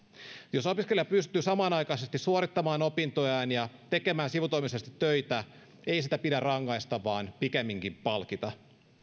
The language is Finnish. jos opiskelija pystyy samanaikaisesti suorittamaan opintojaan ja tekemään sivutoimisesti töitä ei siitä pidä rangaista vaan pikemminkin palkita